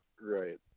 right